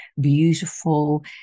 beautiful